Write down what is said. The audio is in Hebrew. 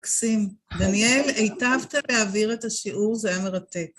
מקסים. דניאל, היטבת להעביר את השיעור זה היה מרתק.